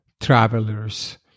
travelers